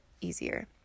easier